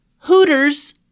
hooters